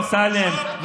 אמסלם,